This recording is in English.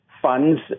Funds